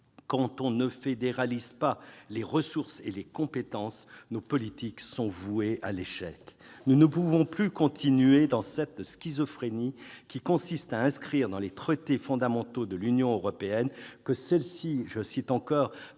quand on ne fédéralise pas les ressources et les compétences, nos politiques sont vouées à l'échec. Nous ne pouvons plus continuer dans cette schizophrénie qui consiste à inscrire dans les traités fondamentaux de l'Union européenne que celle-ci « développe